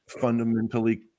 fundamentally